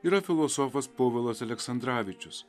yra filosofas povilas aleksandravičius